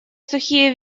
сухие